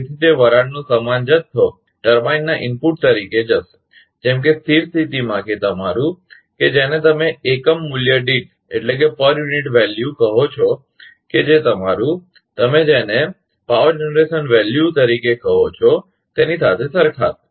તેથી તે વરાળનો સમાન જથ્થો ટર્બાઇનના ઇનપુટ તરીકે જશે જેમ કે સ્થિર સ્થિતિમાં કે તમારું કે જેને તમે એકમ મૂલ્ય દીઠ કહો છો કે જે તમારુ તમે જેને વીજ ઉત્પાદન મૂલ્યપાવર જનરેશન વેલ્યુ તરીકે કહો છો તેની સાથે સરખાશે